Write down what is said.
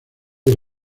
del